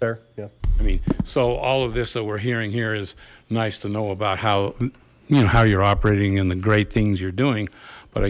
there yeah i mean so all of this that we're hearing here is nice to know about how you know how you're operating and the great things you're doing but i